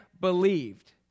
believed